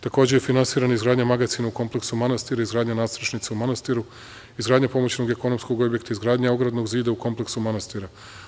Takođe je finansirana izgradnja magacina u kompleksu manastira, izgradnja nadstrešnice u manastiru, izgradnja pomoćnog ekonomskog objekta, izgradnja ogradnog zida u kompleksu manastira.